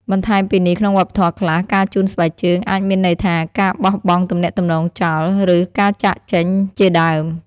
បន្ថែមពីនេះក្នុងវប្បធម៌ខ្លះ ការជូនស្បែកជើងអាចមានន័យថា ការបោះបង់ទំនាក់ទំនងចោល ឬ ការចាក់ចេញជាដើម។